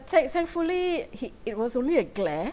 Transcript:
thank thankfully he it was only a glare